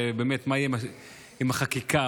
מה יהיה עם החקיקה,